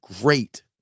great